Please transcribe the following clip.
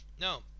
no